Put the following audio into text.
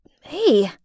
hey